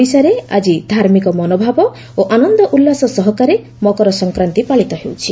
ଓଡ଼ିଶାରେ ଆଜି ଧାର୍ମିକ ମନୋଭାବ ଓ ଆନନ୍ଦ ଉଲ୍ଲାସ ସହକାରେ ମକର ସଂକାନ୍ତି ପାଳିତ ହେଉଛି